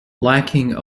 lacking